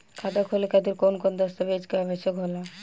खाता खोले खातिर कौन कौन दस्तावेज के आवश्यक होला?